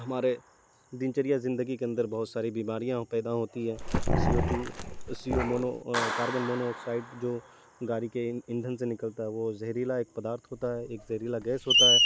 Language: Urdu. ہمارے دن چریا زندگی کےاندر بہت ساری بیماریاں پیدا ہوتی ہیں C O two C O mono carbon mono oxide جو گاڑی کے ان ایندھن سے نکلتا ہے وہ زہریلا ایک پدھارت ہوتا ہے ایک زہریلا گیس ہوتا ہے